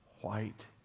white